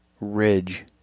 Ridge